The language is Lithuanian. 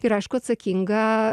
ir aišku atsakingą